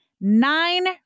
nine